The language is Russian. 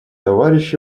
товарищ